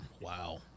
wow